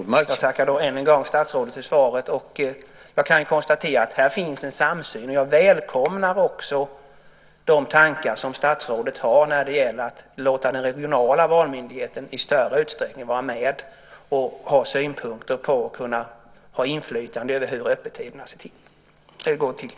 Herr talman! Jag tackar än en gång statsrådet för svaret. Jag kan konstatera att här finns en samsyn. Jag välkomnar också de tankar som statsrådet har om låta den regionala valmyndigheten i större utsträckning vara med och ha synpunkter på och inflytande över hur öppettiderna ska vara.